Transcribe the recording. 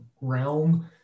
realm